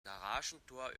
garagentor